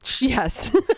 Yes